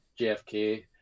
JFK